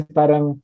parang